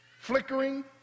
Flickering